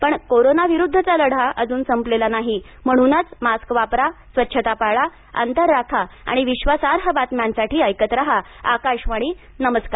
पण कोरोन विरुद्धचा लढा अजून संपलेला नाही म्हणूनच मास्क वापरा स्वच्ता पाळा अंतर राखा आणि विश्वासार्ह बातम्यांसाठी ऐकत राहा आकाशवाणी नमस्कार